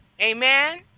Amen